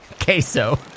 Queso